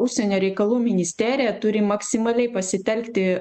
užsienio reikalų ministerija turi maksimaliai pasitelkti